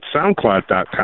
SoundCloud.com